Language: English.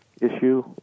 issue